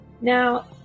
Now